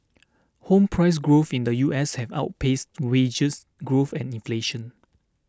home price growth in the U S has outpaced wage growth and inflation